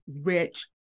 rich